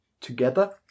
together